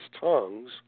tongues